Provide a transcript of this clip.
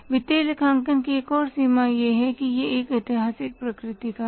वित्तीय लेखांकन की एक और सीमा यह है कि यह एक ऐतिहासिक प्रकृति का है